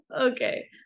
Okay